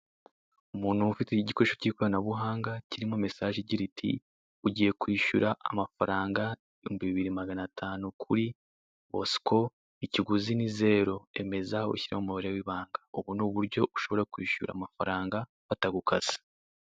Umuntu ufite igikoresha k'ikoranabuhanga, kirimo mesaje igira iti " Ugiye kwishyura amafaranga ibihumbi biriri magana tanu kuri Bosco, ikiguzi ni zero. Emeza, ushyiremo umubari w'ibanga." Ubu ni uburyo ushobora kwishyura amafaranga, batagukase.